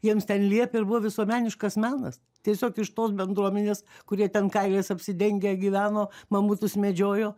jiems ten liepė ir buvo visuomeniškas menas tiesiog iš tos bendruomenės kurie ten kailiais apsidengę gyveno mamutus medžiojo